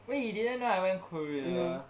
wei you didn't know I went korea